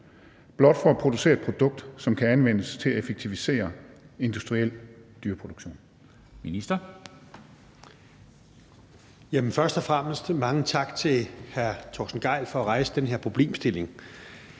blot for at producere et produkt, som kan anvendes til at effektivisere industriel dyreproduktion?